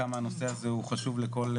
לכל,